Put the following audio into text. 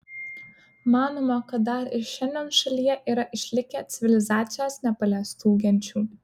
manoma kad dar ir šiandien šalyje yra išlikę civilizacijos nepaliestų genčių